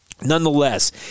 nonetheless